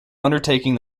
undertaking